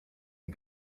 and